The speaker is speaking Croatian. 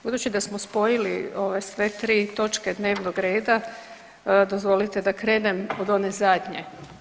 Budući da smo spojili ove sve tri točke dnevnog reda, dozvolite da krenem od one zadnje.